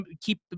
keep